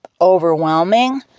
overwhelming